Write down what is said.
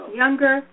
younger